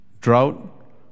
drought